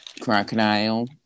crocodile